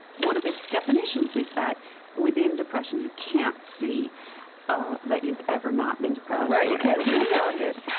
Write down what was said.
one of its definitions is that within depression you can't see ah that you've ever not been depressed, right. you can't see beyond it,